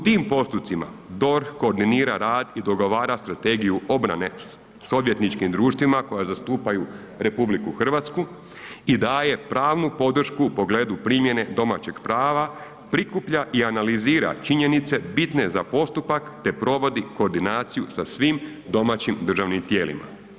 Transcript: U tim postupcima DORH koordinira rad i dogovara strategiju obrane s odvjetničkim društvima koja zastupaju RH i daje pravnu podršku u pogledu primjene domaćeg prava, prikuplja i analizira činjenice bitne za postupak te provodi koordinaciju sa svim domaćim državnim tijelima.